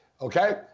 okay